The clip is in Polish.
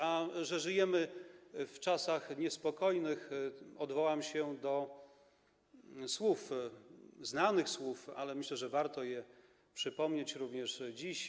A że żyjemy w czasach niespokojnych, odwołam się do słów, znanych słów, ale myślę, że warto je przypomnieć również dziś.